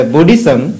Buddhism